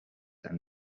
and